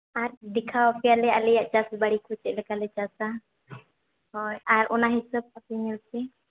ᱟᱨ ᱫᱮᱠᱷᱟᱣ ᱟᱯᱮᱭᱟᱞᱮ ᱟᱞᱮᱭᱟᱜ ᱪᱟᱥ ᱵᱟᱲᱤ ᱠᱚ ᱪᱮᱫ ᱞᱮᱠᱟᱞᱮ ᱪᱟᱥᱟ ᱦᱳᱭ ᱟᱨ ᱚᱱᱟ ᱦᱤᱥᱟᱹᱵᱽ ᱟᱯᱮ ᱧᱮᱞ ᱯᱮ